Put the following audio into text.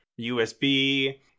USB